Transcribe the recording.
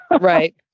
right